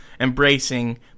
embracing